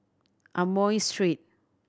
Amoy Street